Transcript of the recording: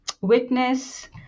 witness